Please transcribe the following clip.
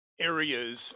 areas